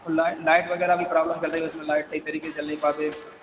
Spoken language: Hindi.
वह ला लाइट वगैरह भी प्रॉबलम कर रही उसमें लाइट सही तरीके से जल नहीं पा पाते